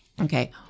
Okay